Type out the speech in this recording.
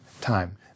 time